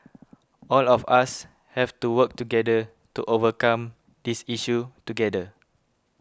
all of us have to work together to overcome this issue together